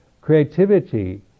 creativity